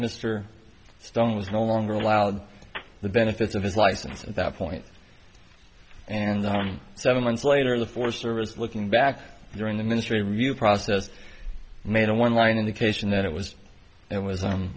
mr stone was no longer allowed the benefits of his license at that point and seven months later the forest service looking back during the ministry review process made a one line indication that it was it was